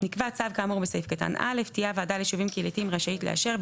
נקבע צו כאמור בסעיף קטן (א) תהיה הוועדה ליישובים קהילתיים רשאית לאשר,